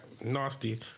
nasty